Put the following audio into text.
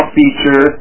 feature